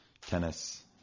tennis